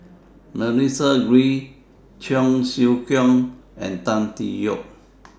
Melissa Kwee Cheong Siew Keong and Tan Tee Yoke